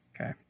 Okay